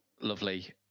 Lovely